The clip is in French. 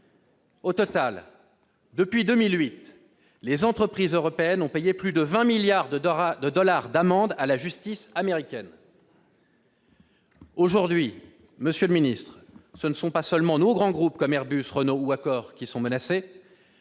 passe ... Depuis 2008, les entreprises européennes ont payé plus de 20 milliards de dollars d'amendes à la justice américaine ! Aujourd'hui, ce ne sont pas seulement nos grands groupes, comme Airbus, Renault ou Accor, qui sont menacés